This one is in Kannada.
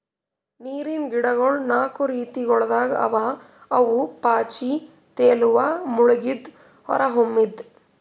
ನೀರಿನ್ ಗಿಡಗೊಳ್ ನಾಕು ರೀತಿಗೊಳ್ದಾಗ್ ಅವಾ ಅವು ಪಾಚಿ, ತೇಲುವ, ಮುಳುಗಿದ್ದು, ಹೊರಹೊಮ್ಮಿದ್